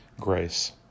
grace